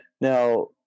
now